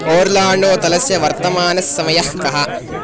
Orlando तलस्य वर्तमानस्समयः कः